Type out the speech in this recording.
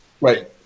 Right